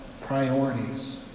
priorities